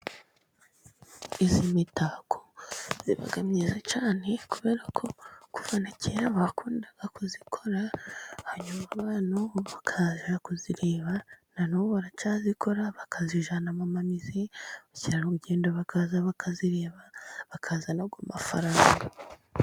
Iyi mitako iba myiza cyane kubera ko kuva na kera bakundaga kuyikora, hanyuma noneho bakaza kuyireba. Na n'ubu baracyayikora bakayijyana mu mamize, abakerarugendo bakaza bakayireba bakazana ayo mafaranga.